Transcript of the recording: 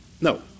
No